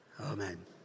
Amen